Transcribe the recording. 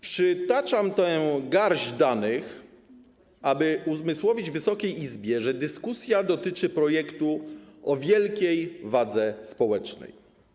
Przytaczam tę garść danych, aby uzmysłowić Wysokiej Izbie, że dyskusja dotyczy projektu o wielkiej wadze społecznej.